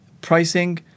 Pricing